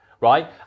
Right